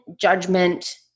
judgment